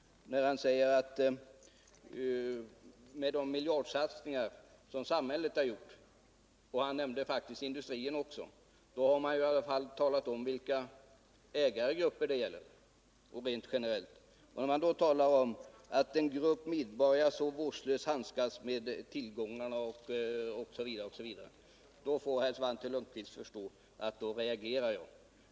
Han talade om samhällets miljardsatsningar och nämnde faktiskt också industrin. Då har man i alla fall rent generellt talat om vilka ägare det gäller. Säger Svante Lundkvist att en grupp medborgare handskas vårdslöst med tillgångarna osv., får han förstå att jag reagerar.